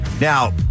Now